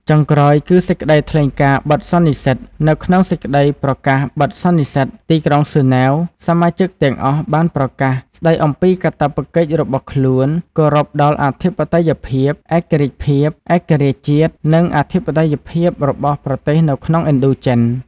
ចុងក្រោយគឺ សេចក្តីថ្លែងការបិទសន្និសីទ នៅក្នុងសេចក្តីប្រកាសបិទសន្និសីទទីក្រុងហ្សឺណវ សមាជិកទាំងអស់បានប្រកាស ស្តីអំពីកាតព្វកិច្ចរបស់ខ្លួន គោរពដល់អធិបតេយ្យភាព ឯករាជ្យភាព ឯករាជ្យជាតិ និងអធិបតេយ្យភាពរបស់ប្រទេសនៅក្នុងឥណ្ឌូ ចិន។